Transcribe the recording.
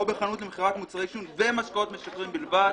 בחנות למכירת מוצרי עישון ומשקאות משכרים בלבד.